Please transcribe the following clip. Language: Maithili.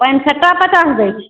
पानि फेट्टा पचास दै छै